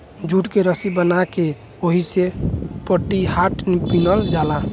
jute के रसी बना के ओहिसे पटिहाट बिनल जाला